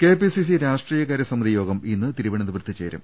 KPCC രാഷ്ട്രീയകാര്യ സമിതി യോഗം ഇന്ന് തിരുവനന്ത പുരത്ത് ചേരും